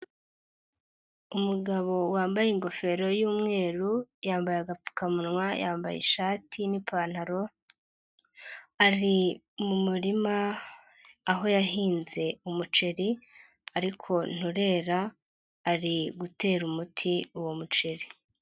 Umugabo wambaye ingofero y'umweru, yambaye agapfukamunwa, yambaye ishati n'ipantaro, ari mu murima aho yahinze umuceri ariko nturera, ari gutera umuti uwo muceri.